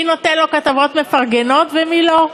מי נותן לו כתבות מפרגנות, ומי לא.